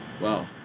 Wow